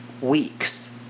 weeks